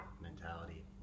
mentality